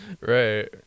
Right